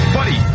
Buddy